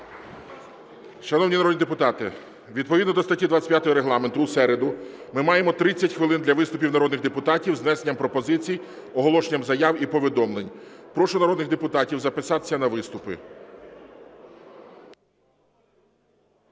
Шановні народні депутати, відповідно до статті 25 Регламенту у середу ми маємо 30 хвилин для виступів народних депутатів з внесенням пропозицій, оголошенням заяв і повідомлень. Прошу народних депутатів записатися на виступи.